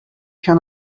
can